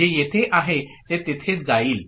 जे येथे आहे ते येथे जाईल